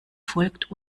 folgt